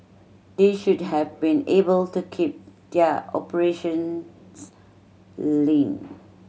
they should have been able to keep their operations lean